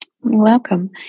welcome